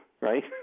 right